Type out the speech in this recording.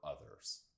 others